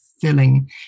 filling